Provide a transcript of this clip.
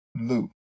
loop